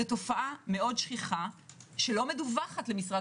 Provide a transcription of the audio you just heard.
זו תופעה מאוד שכיחה שלא מדווחת למשרד